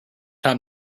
time